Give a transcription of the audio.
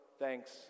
Thanks